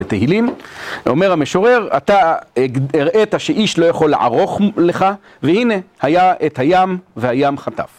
ותהילים, אומר המשורר, אתה הראית שאיש לא יכול לערוך לך והנה היה את הים והים חטף